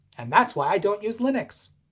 and that's why i don't use linux!